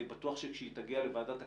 אני בטוח שכאשר היא תגיע לוועדת הכנסת,